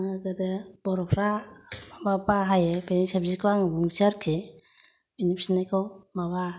आङो गोदो बर'फोरा मा मा बाहायो बेनि सायाव बुंनोसै आरोखि बिनि फिननायखौ माबा